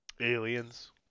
Aliens